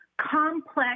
complex